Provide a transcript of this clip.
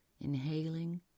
inhaling